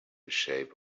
shape